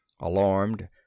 alarmed